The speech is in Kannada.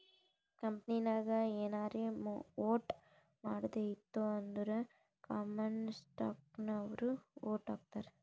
ಕಂಪನಿನಾಗ್ ಏನಾರೇ ವೋಟ್ ಮಾಡದ್ ಇತ್ತು ಅಂದುರ್ ಕಾಮನ್ ಸ್ಟಾಕ್ನವ್ರು ವೋಟ್ ಹಾಕ್ತರ್